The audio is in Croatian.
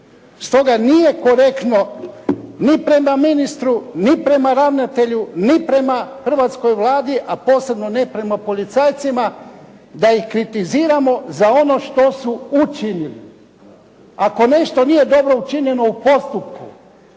Stoga nije korektno ni prema ministru, ni prema ravnatelju, ni prema hrvatskoj Vladi, a posebno ne prema policajcima da ih kritiziramo za ono što su učinili. Ako nešto nije dobro učinjeno u postupku,